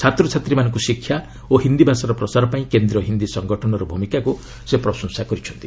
ଛାତ୍ରଛାତ୍ରୀମାନଙ୍କୁ ଶିକ୍ଷା ଓ ହିନ୍ଦୀ ଭାଷାର ପ୍ରସାର ପାଇଁ କେନ୍ଦ୍ରୀୟ ହିନ୍ଦୀ ସଂଗଠନର ଭୂମିକାକୁ ସେ ପ୍ରଶଂସା କରିଛନ୍ତି